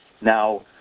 Now